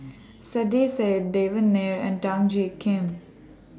Saiedah Said Devan Nair and Dan Jiak Kim